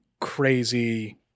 crazy